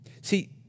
See